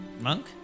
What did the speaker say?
Monk